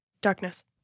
darkness